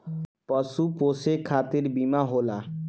पशु पोसे खतिर बीमा होला